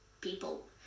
people